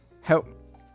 help